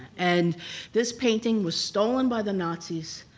and this painting was stolen by the nazis,